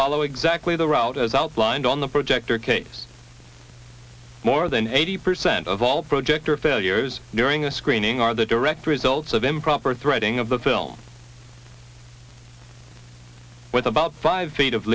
follow exactly the route as outlined on the projector case more than eighty percent of all project are failures during the screening are the direct results of improper threading of the film with about five feet of